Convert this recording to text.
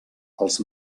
els